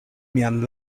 mian